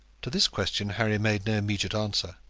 to this question harry made no immediate answer.